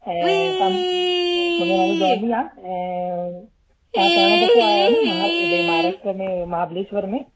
ऐं तव्हां मुंहिंजो नालो जॉनी आहे ऐं तव्हां पहिरों दफ़ो आया आहियो न भाई महाराष्ट्र में महाबलेश्वर में